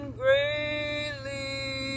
greatly